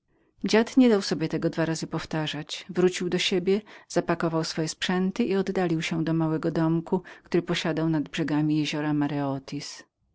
dziad nie dał sobie tego dwa razy powtarzać wrócił do siebie zapakował swoje sprzęty i oddalił się do małego domku który posiadał nad brzegami jeziora